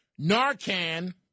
Narcan